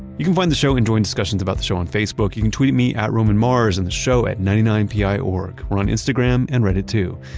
you can find the show and join discussions about the show on facebook. you can tweet me at roman mars and the show at ninety nine piorg. we're on instagram and reddit too.